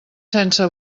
sense